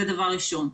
זה דבר ראשון.